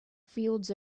fields